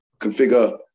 configure